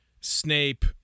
Snape